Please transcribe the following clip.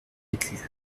écus